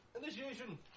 Initiation